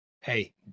Hey